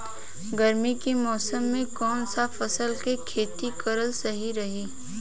गर्मी के मौषम मे कौन सा फसल के खेती करल सही रही?